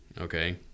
okay